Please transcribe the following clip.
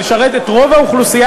אבל הוא ישרת את רוב האוכלוסייה.